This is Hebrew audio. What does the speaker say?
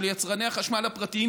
של יצרני החשמל הפרטיים,